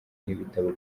n’ibitabo